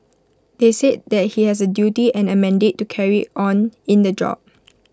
they said that he has A duty and A mandate to carry on in the job